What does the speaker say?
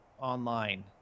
online